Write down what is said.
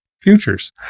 futures